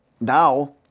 Now